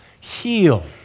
heal